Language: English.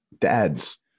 dads